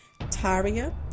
Taria